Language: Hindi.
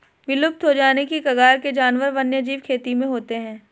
विलुप्त हो जाने की कगार के जानवर वन्यजीव खेती में होते हैं